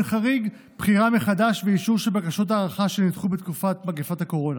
חריג בחינה מחדש ואישור של בקשות ההארכה שנדחו בתקופת מגפת הקורונה.